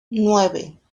nueve